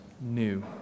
new